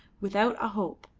without a hope,